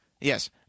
Yes